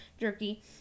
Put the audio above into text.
jerky